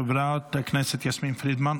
חברת הכנסת יסמין פרידמן,